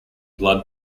blood